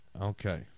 Okay